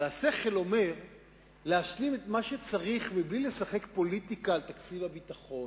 והשכל אומר להשלים את מה שצריך בלי לשחק פוליטיקה על תקציב הביטחון.